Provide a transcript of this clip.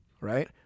right